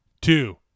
two